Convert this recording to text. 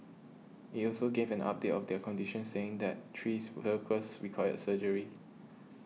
it also gave an update of their condition saying that three workers required surgery